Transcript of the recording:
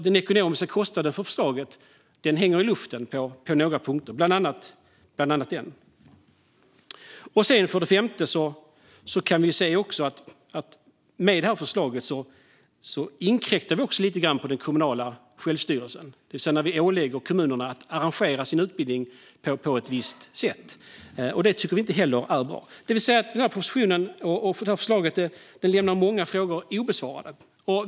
Den ekonomiska kostnaden för förslaget hänger i luften på några punkter, bland annat på denna. För det femte kan vi se att med förslaget inkräktar vi också lite grann på den kommunala självstyrelsen när vi ålägger kommunerna att arrangera sin utbildning på ett visst sätt. Det tycker vi inte heller är bra. Propositionen och förslaget lämnar många frågor obesvarade.